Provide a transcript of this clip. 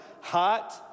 hot